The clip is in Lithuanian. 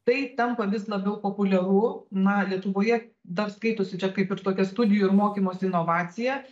tai tampa vis labiau populiaru na lietuvoje dar skaitosi čia kaip ir tokia studijų ir mokymosi inovacija